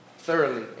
Thoroughly